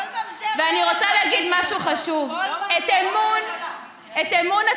אני רוצה להגיד משהו חשוב: את אמון הציבור